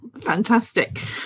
Fantastic